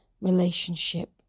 relationship